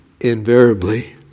invariably